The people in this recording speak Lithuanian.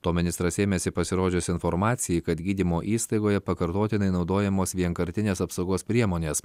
to ministras ėmėsi pasirodžius informacijai kad gydymo įstaigoje pakartotinai naudojamos vienkartinės apsaugos priemonės